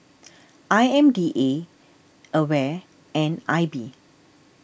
I M D A Aware and I B